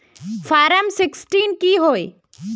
Form sixteen की होय?